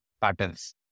patterns